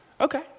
Okay